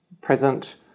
present